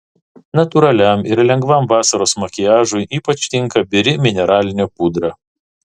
natūraliam ir lengvam vasaros makiažui ypač tinka biri mineralinė pudra